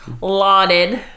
lauded